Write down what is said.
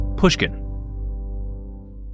pushkin